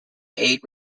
eight